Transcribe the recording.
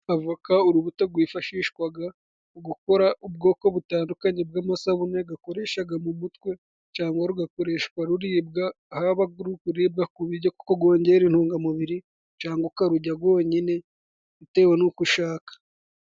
Avoka urubuto rwifashishwa mu gukora ubwoko butandukanye bw'amasabune bakoresha mu mutwe cyangwa rugakoreshwa ruribwa, haba kuribwa Ku biryo kuko rwongera intungamubiri cyangwa ukarurya rwonyine bitewe n'uko ushaka.